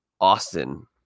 Austin